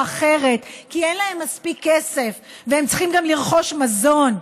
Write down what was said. אחרת כי אין להם מספיק כסף והם צריכים גם לרכוש מזון.